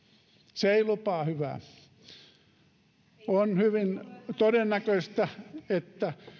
se ei lupaa hyvää on hyvin todennäköistä että